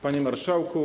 Panie Marszałku!